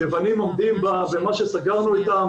היוונים עומדים במה שסגרנו איתם,